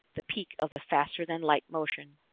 the peak of the faster-than-light motion.